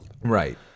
Right